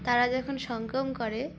তারা যখন সঙ্গম করে